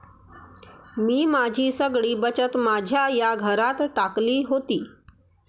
मी माझी सगळी बचत माझ्या या घरात टाकली होती